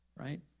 right